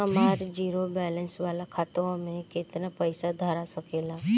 हमार zero balance वाला खतवा म केतना पईसा धरा सकेला?